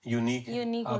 unique